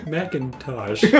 Macintosh